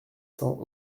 cents